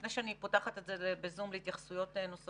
לפני שאני פותחת את זה בזום להתייחסויות נוספות,